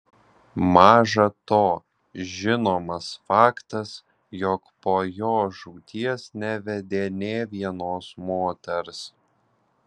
maža to žinomas faktas jog po jos žūties nevedė nė vienos moters